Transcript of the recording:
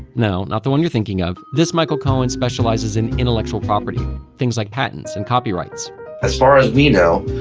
no, not the one you're thinking of, this michael cohen specializes in intellectual property things like patents and copyrights as far as we know,